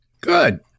Good